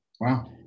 Wow